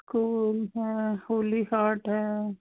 school ਹਾਂ Holy Heart ਹੈ